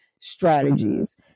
strategies